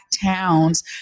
Towns